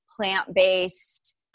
plant-based